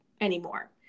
anymore